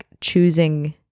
choosing